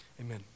Amen